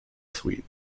sweet